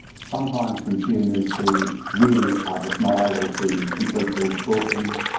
sometimes consumers who really are just not able to complete these courses.